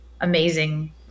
amazing